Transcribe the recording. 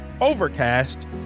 Overcast